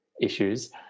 issues